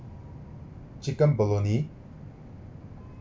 chicken bologne